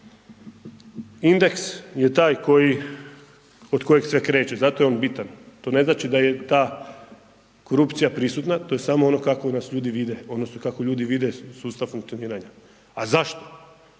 indeks je taj od kojeg sve kreće, zato je on bitan, to ne znači da je ta korupcija prisutna, to je samo ono kako nas ljudi vide odnosno kako ljudi vide sustav funkcioniranja. A zašto?